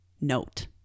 note